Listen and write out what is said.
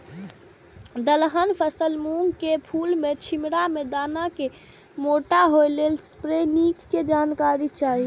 दलहन फसल मूँग के फुल में छिमरा में दाना के मोटा होय लेल स्प्रै निक के जानकारी चाही?